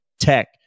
tech